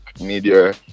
media